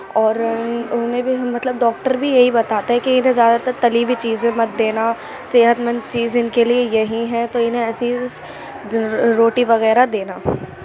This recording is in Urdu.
اور اُنہیں بھی ہم مطلب ڈاکٹر بھی یہی بتاتا ہے کہ اِنہیں زیادہ تر تلی ہوئی چیزیں مت دینا صحت مند چیز اِن کے لیے یہیں ہیں تو اِنہیں ایسی روٹی وغیرہ دینا